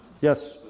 Yes